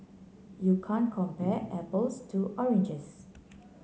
you can't compare apples to oranges